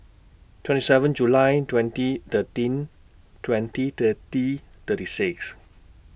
twenty seven July twenty thirteen twenty thirty thirty six